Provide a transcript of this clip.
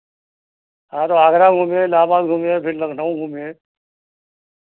हाँ तो आगरा घूमिए इलाहाबाद घूमिए फिर लखनऊ घूमिए